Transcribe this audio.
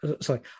Sorry